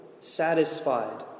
satisfied